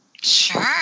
Sure